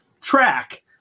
track